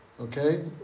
Okay